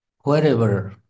wherever